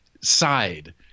side